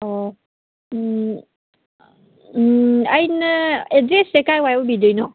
ꯑꯣ ꯎꯝ ꯎꯝ ꯑꯩꯅ ꯑꯦꯗ꯭ꯔꯦꯁꯁꯦ ꯀꯗꯥꯏ ꯋꯥꯏ ꯑꯣꯏꯕꯤꯗꯣꯏꯅꯣ